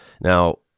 Now